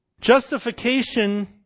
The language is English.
Justification